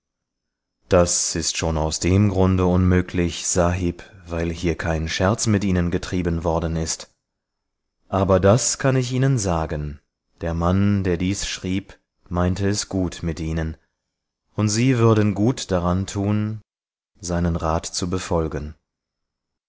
das ist schon aus dem grunde unmöglich sahib weil hier kein scherz mit ihnen getrieben worden ist aber das kann ich ihnen sagen der mann der dies schrieb meinte es gut mit ihnen und sie würden gut daran tun seinen rat zu befolgen